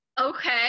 Okay